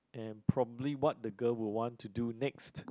and probably what the girl will want to do next